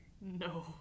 No